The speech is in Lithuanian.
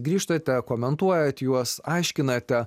grįžtate komentuojat juos aiškinate